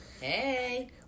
Hey